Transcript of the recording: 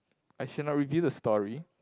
I should not reveal the story